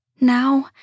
Now